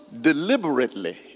deliberately